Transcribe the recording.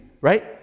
Right